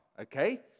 okay